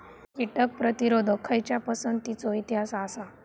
कीटक प्रतिरोधक खयच्या पसंतीचो इतिहास आसा?